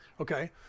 Okay